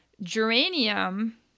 Geranium